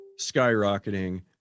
skyrocketing